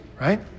right